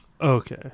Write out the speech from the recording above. Okay